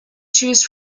choose